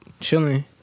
chilling